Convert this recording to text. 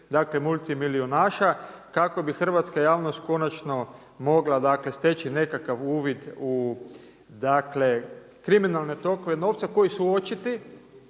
dakle multimilijunaša kako bi hrvatska javnost konačno mogla dakle steći nekakav uvid u dakle kriminalne tokove novca koji su očiti?